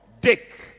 Dick